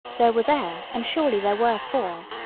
there were there and surely there were four,